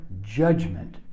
judgment